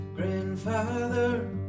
Grandfather